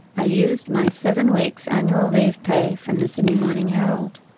i used my seven weeks annual leave pay from the sydney morning herald.